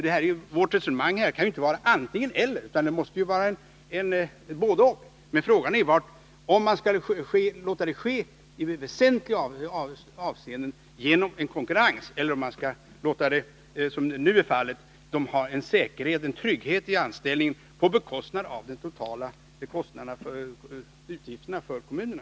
Men vårt resonemang kan inte gälla ett antingen eller — utan det måste vara ett både—och. Frågan är om man i väsentliga avseenden skall låta konkurrensen vara avgörande eller om — som nu är fallet — kommunernas folk skall ha en säkerhet och trygghet i anställningen på bekostnad av de totala utgifterna för kommunerna.